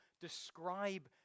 describe